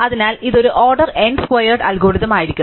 അതിനാൽ ഇത് ഒരു ഓർഡർ n സ്ക്വയേർഡ് അൽഗോരിതം ആയിരിക്കും